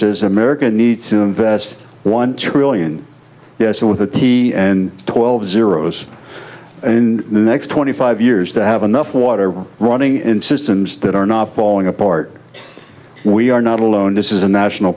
says america needs to invest one trillion yes and with a t and twelve zeros in the next twenty five years to have enough water running in systems that are not falling apart we are not alone this is a national